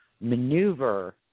maneuver